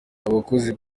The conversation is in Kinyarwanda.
abakozi